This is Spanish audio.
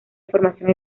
información